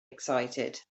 excited